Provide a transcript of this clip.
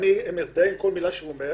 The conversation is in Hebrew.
שאני מזדהה עם כל מילה שהוא אומר